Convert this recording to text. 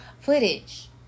footage